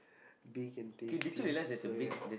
big and tasty so ya